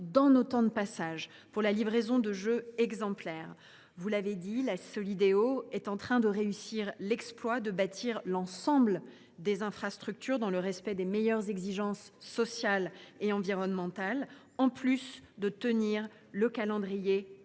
dans nos « temps de passage » pour la livraison de Jeux exemplaires. Vous l’avez dit, la Solideo est en train de réussir l’exploit de bâtir l’ensemble des infrastructures dans le respect des meilleures exigences sociales et environnementales, tout en respectant le calendrier et